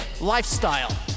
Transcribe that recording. lifestyle